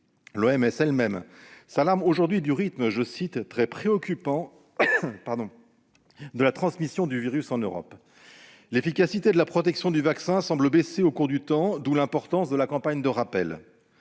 (OMS) elle-même s'alarme aujourd'hui du rythme « très préoccupant » de la transmission du virus en Europe. L'efficacité de la protection du vaccin semble baisser au cours du temps, d'où l'importance de la campagne de rappel.